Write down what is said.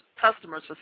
customers